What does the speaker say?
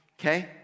okay